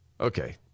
Okay